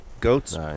Goats